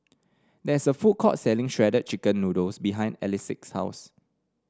there is a food court selling Shredded Chicken Noodles behind Elick's house